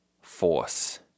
force